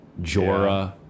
Jorah